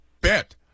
bet